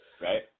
Right